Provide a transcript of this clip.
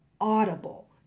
audible